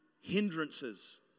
hindrances